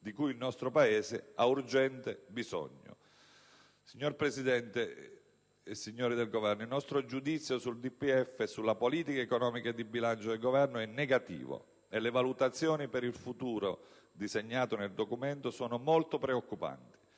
di cui il nostro Paese ha urgente bisogno. Signor Presidente e signori del Governo, il nostro giudizio sul DPEF e sulla politica economica e di bilancio del Governo è negativo, e le valutazioni per il futuro disegnate nel Documento sono molto preoccupanti.